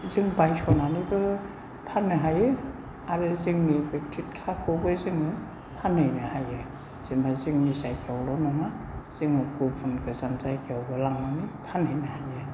जों बायस'नानैबो फाननो हायो आरो जोंनि बेखथि गथाखौबो जों फानहैनो हायो जेन'बा जों जायगायावल' नङा जोङो गुबुन गुबुन जायगायावबो फानहैनो हायो